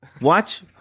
watch